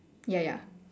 ya ya